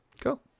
Cool